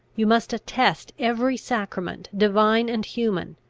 you must attest every sacrament, divine and human,